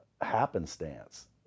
Happenstance